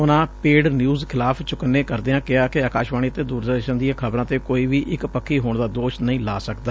ਉਨਾਂ paid news ਖਿਲਾਫ਼ ਚੁਕੰਨੇ ਕਰਦਿਆਂ ਕਿਹਾ ਕਿ ਅਕਾਸ਼ਵਾਣੀ ਅਤੇ ਦੂਰਦਰਸ਼ਨ ਦੀਆਂ ਖ਼ਬਰਾਂ ਤੇ ਕੋਈ ਵੀ ਇਕ ਪੱਖੀ ਹੋਣ ਦਾ ਦੋਸ਼ ਨਹੀ ਲਾ ਸਕਦਾ